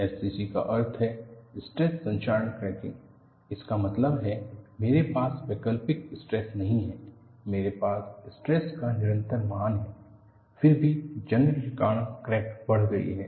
SCC का अर्थ है स्ट्रेस संक्षारण क्रैकिंग इसका मतलब है मेरे पास वैकल्पिक स्ट्रेस नहीं है मेरे पास स्ट्रेस का निरंतर मान है फिर भी जंग के कारण क्रैक बढ़ गई है